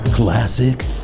Classic